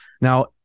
Now